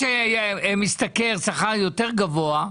למה מי שמשתכר שכר יותר גבוה,